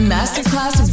Masterclass